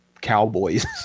cowboys